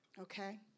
Okay